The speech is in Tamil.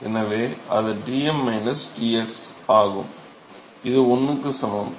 எனவே அது Tm Ts ஆகும் இது 1 க்கு சமம்